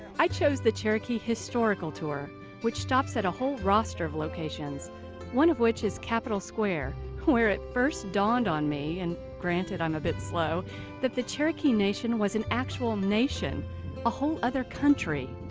i chose the cherokee historical tour which stops at a whole roster of locations one of which is capitol square where it first dawned on me and granted, i'm a bit slow that the cherokee nation was an actual nation a whole other country.